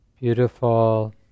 beautiful